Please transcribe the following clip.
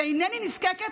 ואינני נזקקת,